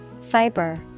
Fiber